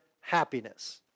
happiness